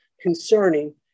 concerning